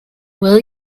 will